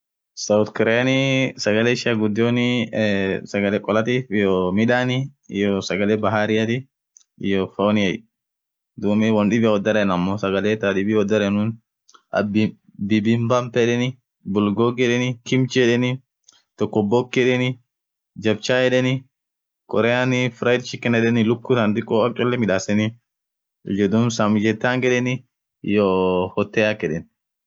South Koreanii sagale ishian ghudionii ee sagale kolatif iyoo midhani iyoo sagale bahariathi iyo fonniye dhub won dhibiane with dharen ammo sagale tha dhib woth darenun dhindi pump yedheni bulgogi yedheni kimch yedheni tokboki yedheni jamchaa yedheni korea prine chick yedheni luku than dhiko akaa chole midhaseni iyo dhub sangmughethak yedheni iyoo hoteakh